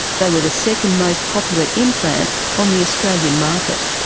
they were the second most popular implant on the australian market.